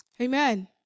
Amen